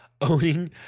Owning